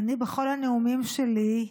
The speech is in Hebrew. בכל הנאומים שלי,